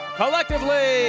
collectively